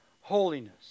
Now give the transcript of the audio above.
holiness